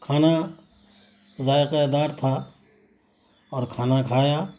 کھانا ذائقےدار تھا اور کھانا کھایا